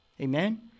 Amen